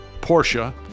Porsche